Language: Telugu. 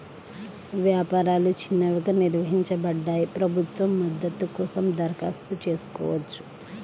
వ్యాపారాలు చిన్నవిగా నిర్వచించబడ్డాయి, ప్రభుత్వ మద్దతు కోసం దరఖాస్తు చేసుకోవచ్చు